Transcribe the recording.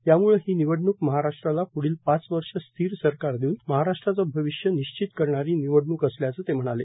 त्यामुळे ही निवडणूक महाराष्ट्राला प्रुढील पाच वर्ष स्थिर सरकार देऊन महाराष्ट्राचं अविष्य निश्चित करणारी निवडणूक असल्याचं ते म्हणाले